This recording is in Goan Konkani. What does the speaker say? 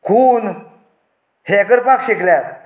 खून हें करपाक शिकल्यात